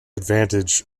advantage